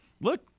look